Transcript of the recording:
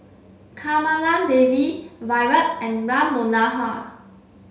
Kamaladevi Virat and Ram Manohar